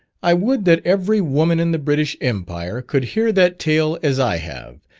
i would that every woman in the british empire, could hear that tale as i have,